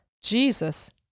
Jesus